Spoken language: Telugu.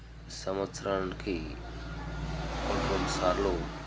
సంవత్సరానికి కొన్ని కొన్ని సార్లు